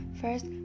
First